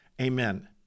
Amen